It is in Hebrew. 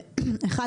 אחד,